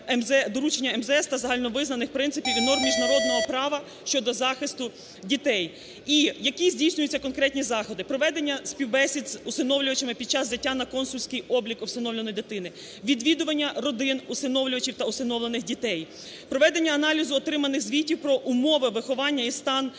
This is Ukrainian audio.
доручення МЗС та загальновизнаних принципів і норм міжнародного права щодо захисту дітей. І які здійснюються конкретні заходи? Проведення співбесід з усиновлювачами під час взяття на консульський облік усиновлюваної дитини, відвідування родин усиновлювачів та усиновлених дітей. Проведення аналізу отриманих звітів про умови виховання і стан здоров'я